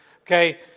Okay